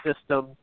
system